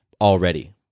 already